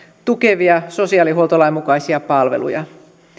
tukevia sosiaalihuoltolain mukaisia palveluja